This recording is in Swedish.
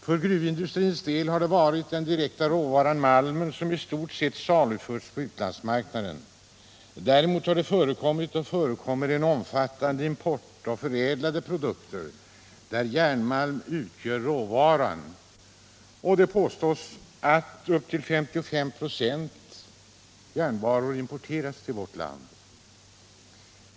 För gruvindustrins del har det varit den direkta råvaran, malmen, som i stort sett saluförts på utlandsmarknaden. Däremot har det förekommit — och förekommer — en omfattande import av förädlade produkter där järnmalm utgör råvaran. Det påstås att upp till 55 96 av järnvarorna importeras till vårt land.